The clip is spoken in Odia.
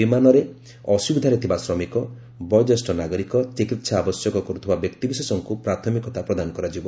ବିମାନରେ ଅସୁବିଧାରେ ଥିବା ଶ୍ରମିକ ବୟୋଜ୍ୟେଷ୍ଠ ନାଗରିକ ଚିକିତ୍ସା ଆବଶ୍ୟକ କରୁଥିବା ବ୍ୟକ୍ତିବିଶେଷଙ୍କୁ ପ୍ରାଥମିକତା ପ୍ରଦାନ କରାଯିବ